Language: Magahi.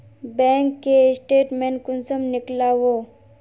बैंक के स्टेटमेंट कुंसम नीकलावो?